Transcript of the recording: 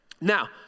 Now